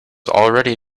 already